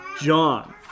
John